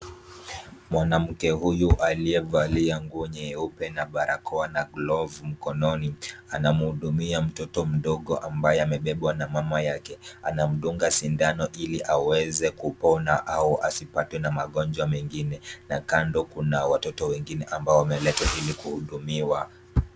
Mwanamke huyu aliyevalia nguo nyeupe na barakoa na glovu mkononi. Anamhudumia mtoto mdogo ambaye amebebwa na mama yake. Anamdunga sindano ili aweze kupona au asipatwe na magonjwa mengine na kando kuna watoto wengine ambao wameletwa ili kuhudumiwa.